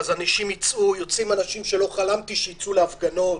ייצאו אנשים שלא חלמתי שייצאו להפגנות.